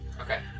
Okay